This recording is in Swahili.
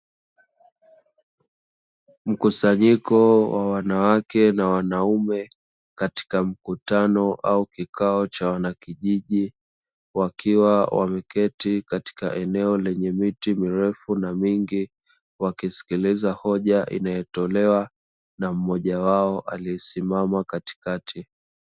Mkusanyiko wa wanawake na wanaume katika mkutano au kikao cha wanakijiji, wakiwa wameketi katika eneo lenye miti mirefu na mingi wakisikiliza hoja inayotolewa na mmoja wao aliyesimama katikati.